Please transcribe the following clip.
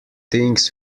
things